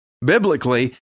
biblically